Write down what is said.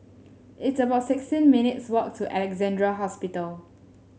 it's about sixteen minutes' walk to Alexandra Hospital